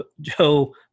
Joe